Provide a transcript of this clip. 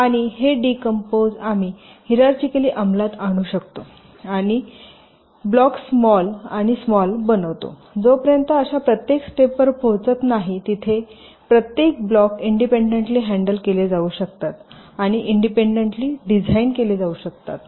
आणि हे डिकंपोज आम्ही हिराचीकली अंमलात आणू शकतो आणि ब्लॉक्स स्मॉल आणि स्मॉल बनवतो जोपर्यंत अशा प्रत्येक स्टेपवर पोहोचत नाही जिथे प्रत्येक ब्लॉक इंडिपेंडेबली हॅंडल जाऊ शकतात आणि इंडिपेंडेबली डिझाइन केले जाऊ शकतात